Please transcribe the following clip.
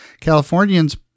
Californians